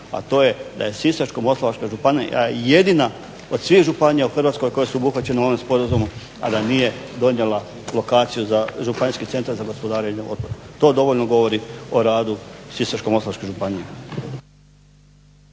a to je da je Sisačko-moslavačka županija jedina od svih županija u Hrvatskoj koje su obuhvaćene ovim sporazumom a da nije donijela lokaciju za županijski centar za gospodarenje otpadom. To dovoljno govori o radu Sisačko-moslavačke županije.